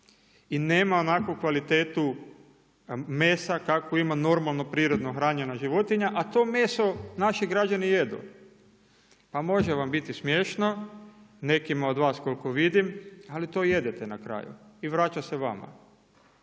i nema onakvu kvalitetu mesa kakvu ima normalno prirodno hranjena životinja. A to meso naši građani jedu. Pa može vam biti smiješno, nekima od vas koliko vidim, ali to jedete na kraju i vraća se vama.